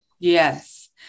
Yes